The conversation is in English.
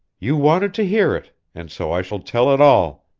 you wanted to hear it, and so i shall tell it all!